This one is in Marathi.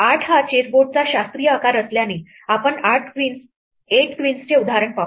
8 हा चेसबोर्डचा शास्त्रीय आकार असल्याने आपण 8 queens चे उदाहरण पाहू